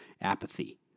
apathy